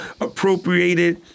appropriated